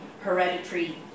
hereditary